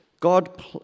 God